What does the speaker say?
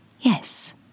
Yes